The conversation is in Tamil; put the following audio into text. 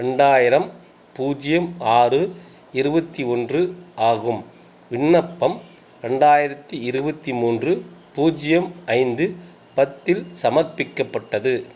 ரெண்டாயிரம் பூஜ்ஜியம் ஆறு இருபத்தி ஒன்று ஆகும் விண்ணப்பம் ரெண்டாயிரத்து இருபத்தி மூன்று பூஜ்ஜியம் ஐந்து பத்தில் சமர்ப்பிக்கப்பட்டது